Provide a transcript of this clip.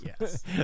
Yes